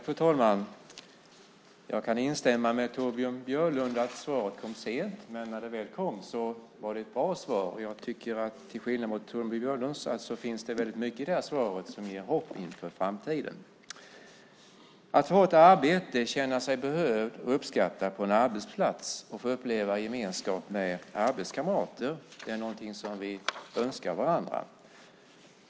Fru talman! Jag kan instämma med Torbjörn Björlund om att svaret kom sent. Men när det väl kom var det ett bra svar. Jag tycker, till skillnad från Torbjörn Björlund, att det finns väldigt mycket i svaret som ger hopp inför framtiden. Att ha ett arbete, känna sig behövd och uppskattad på en arbetsplats och få uppleva gemenskap med arbetskamrater är någonting som vi önskar varandra.